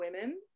women